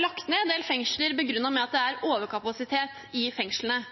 lagt ned en del fengsler begrunnet med at det er overkapasitet i fengslene.